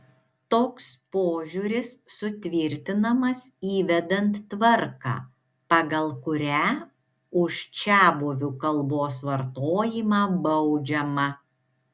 toks požiūris sutvirtinamas įvedant tvarką pagal kurią už čiabuvių kalbos vartojimą baudžiama